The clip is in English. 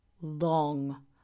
Long